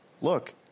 look